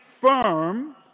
firm